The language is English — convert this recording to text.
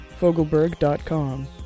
fogelberg.com